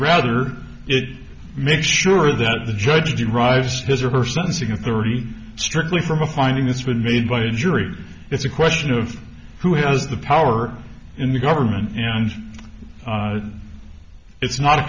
rather it make sure that the judge derives his or her sentencing authority strictly from a finding it's been made by a jury it's a question of who has the power in the government and it's not a